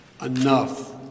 enough